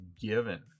given